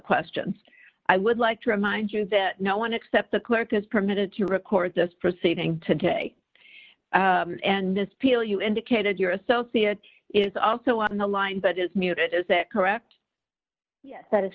question i would like to remind you that no one except the clerk is permitted to record this proceeding today and this deal you indicated your associate is also on the line but is mute it is that correct yes that is